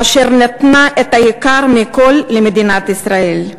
אשר נתנה את היקר מכול למדינת ישראל.